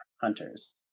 hunters